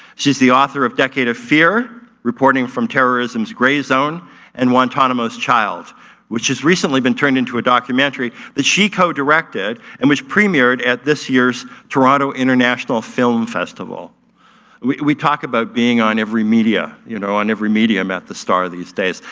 she's the author of decade of fear reporting from terrorism's grey zone and guantanamo's child which is recently been turned into a documentary that she co-directed and which premiered at this year's toronto international film festival. jc we talk about being on every media, you know on every medium at the star of these days.